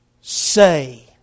say